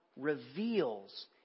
reveals